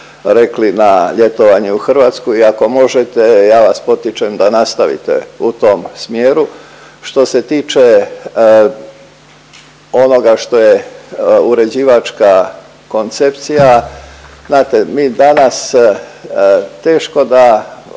rekli, na ljetovanje u Hrvatsku i ako možete ja vas potičem da nastavite u tom smjeru. Što se tiče onoga što je uređivačka koncepcija, znate mi danas teško da